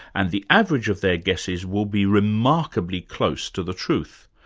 and the average of their guesses will be remarkably close to the truth.